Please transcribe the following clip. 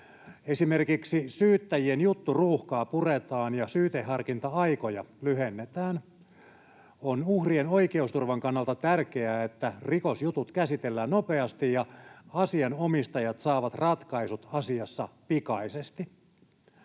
Esimerkiksi syyttäjien jutturuuhkaa puretaan ja syyteharkinta-aikoja lyhennetään. On uhrien oikeusturvan kannalta tärkeää, että rikosjutut käsitellään nopeasti ja asianomistajat saavat ratkaisut asiassa pikaisesti.